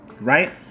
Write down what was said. right